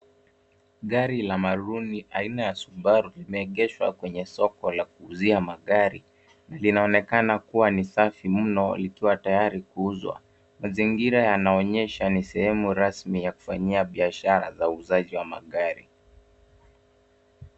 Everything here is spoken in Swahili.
Gari la maruni aina ya Subaru limeegeshwa kwenye soko la kuuzia magari. Zinaonekana kuwa ni safi mno likiwa tayari kuuzwa. Mazingira yanaonyesha ni sehemu rasmi ya kufanyia biashara za uuzaji wa magari.